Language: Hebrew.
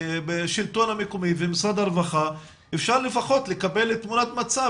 השלטון המקומי ומשרד העבודה והרווחה אפשר לפחות לקבל תמונת מצב